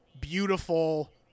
beautiful